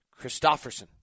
Christofferson